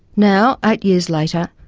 now, eight years later,